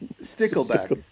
Stickleback